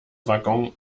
waggon